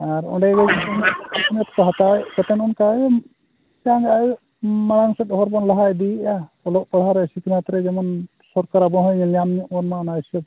ᱟᱨ ᱚᱸᱰᱮ ᱜᱮ ᱥᱤᱠᱷᱱᱟᱹᱛ ᱠᱚ ᱦᱟᱛᱟᱣᱮᱫ ᱠᱟᱛᱮᱫ ᱚᱱᱠᱟ ᱢᱟᱲᱟᱝ ᱥᱮᱫ ᱦᱚᱨ ᱵᱚᱱ ᱞᱟᱦᱟ ᱤᱫᱤᱭᱮᱜᱼᱟ ᱚᱞᱚᱜ ᱯᱟᱲᱦᱟᱣ ᱨᱮ ᱥᱤᱠᱷᱱᱟᱹᱛ ᱨᱮ ᱡᱮᱢᱚᱱ ᱥᱚᱨᱠᱟᱨ ᱟᱵ ᱦᱚᱸ ᱦᱚᱸᱭ ᱧᱮᱞ ᱧᱟᱢ ᱵᱚᱱᱢᱟ ᱚᱱᱟ ᱦᱤᱥᱟᱹᱵ